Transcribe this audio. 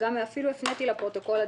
ואפילו הפניתי לפרוטוקול הדיון.